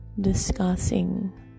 discussing